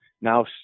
Now